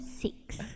Six